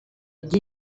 igi